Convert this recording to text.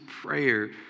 prayer